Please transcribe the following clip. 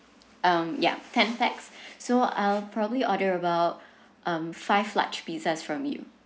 um ya ten pax so I'll probably order about um five large pizza from you